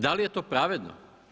Da li je to pravedno?